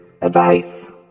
Advice